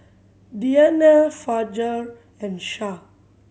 Diyana Fajar and Shah